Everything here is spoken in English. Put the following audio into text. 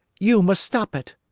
you must stop it.